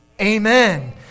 Amen